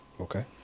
Okay